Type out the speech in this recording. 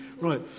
right